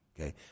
Okay